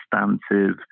substantive